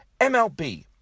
MLB